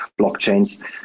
blockchains